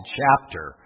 chapter